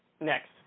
Next